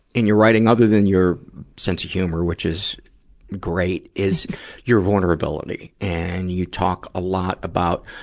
in your writing, other than your sense of humor, which is great, is your vulnerability. and you talk a lot about,